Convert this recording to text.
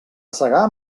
segar